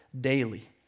daily